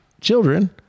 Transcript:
children